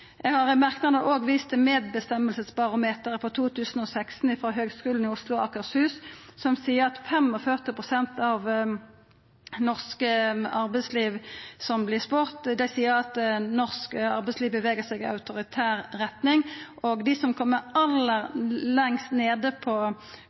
Eg har i merknadene òg vist til Medbestemmelsesbarometeret 2016 frå Høgskolen i Oslo og Akershus, der 45 pst. av dei som vert spurde, seier at norsk arbeidsliv bevegar seg i autoritær retning, og dei som kjem aller